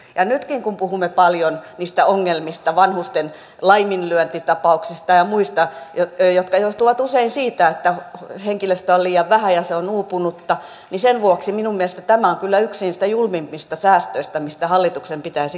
ja kun nytkin puhumme paljon niistä ongelmista vanhusten laiminlyöntitapauksista ja muista jotka johtuvat usein siitä että henkilöstöä on liian vähän ja se on uupunutta niin sen vuoksi minun mielestäni tämä on kyllä yksi niistä julmimmista säästöistä mistä hallituksen pitäisi luopua